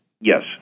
Yes